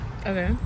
Okay